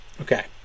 Okay